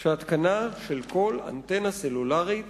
שהתקנה של כל אנטנה סלולרית